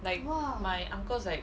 like my uncle is like